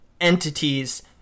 entities